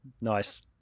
Nice